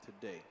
today